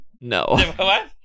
No